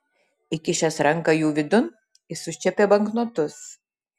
įkišęs ranką jų vidun jis užčiuopė banknotus